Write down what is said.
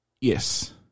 Yes